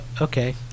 Okay